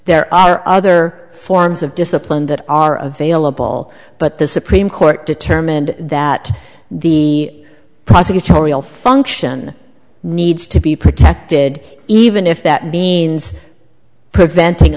there are other forms of discipline that are available but the supreme court determined that the prosecutorial function needs to be protected even if that means preventing